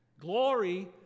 Glory